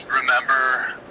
remember